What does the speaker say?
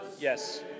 Yes